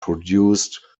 produced